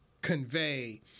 convey